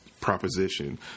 proposition